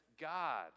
God